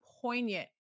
poignant